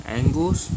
angles